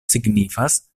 signifas